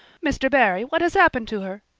mr. barry, what has happened to her?